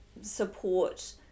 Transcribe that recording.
support